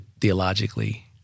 theologically